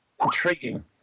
intriguing